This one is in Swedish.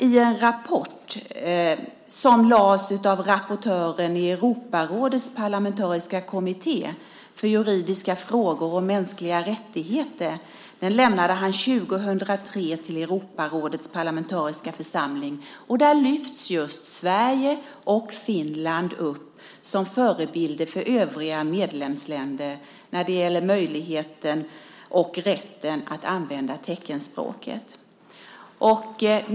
I en rapport som lades fram av rapportören i Europarådets parlamentariska kommitté för juridiska frågor om mänskliga rättigheter som lämnades 2003 till Europarådets parlamentariska församling lyfts just Sverige och Finland upp som förebilder för övriga medlemsländer när det gäller möjligheten och rätten att använda teckenspråket.